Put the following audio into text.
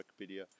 wikipedia